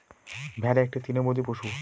ভেড়া একটি তৃণভোজী পশু